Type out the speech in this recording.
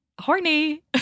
horny